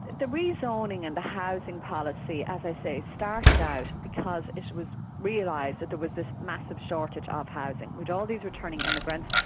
the rezoning and the housing policy, as i say, started out because it was realised that there was this massive shortage of um housing. with all these returning immigrants,